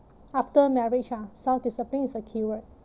after marriage lah self-discipline is the keyword